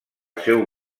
seu